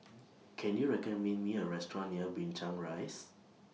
Can YOU recommend Me A Restaurant near Binchang Rise